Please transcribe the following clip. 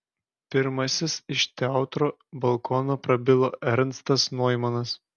pirmasis iš teatro balkono prabilo ernstas noimanas